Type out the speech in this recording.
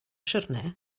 siwrne